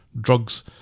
drugs